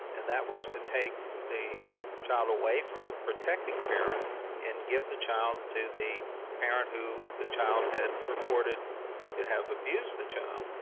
and that was to take the child away from the protecting parent and give the child to the parent who the child had reported to have abused the child,